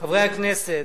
חברי הכנסת,